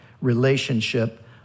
relationship